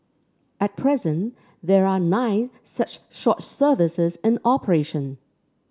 at present there are nine such short services in operation